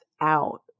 out